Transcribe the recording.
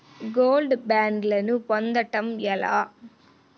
Gold బ్యాండ్లను పొందటం ఎలా?